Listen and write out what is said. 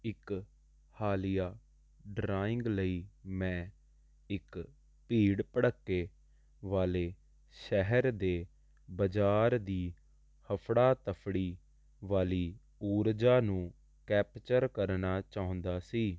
ਇੱਕ ਹਾਲੀਆ ਡਰਾਇੰਗ ਲਈ ਮੈਂ ਇੱਕ ਭੀੜ ਭੜੱਕੇ ਵਾਲੇ ਸ਼ਹਿਰ ਦੇ ਬਜ਼ਾਰ ਦੀ ਹਫੜਾ ਤਫੜੀ ਵਾਲੀ ਊਰਜਾ ਨੂੰ ਕੈਪਚਰ ਕਰਨਾ ਚਾਹੁੰਦਾ ਸੀ